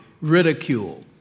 ridicule